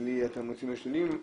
בלי התמריצים השליליים.